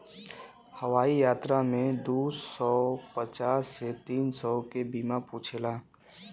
हवाई यात्रा में दू सौ पचास से तीन सौ के बीमा पूछेला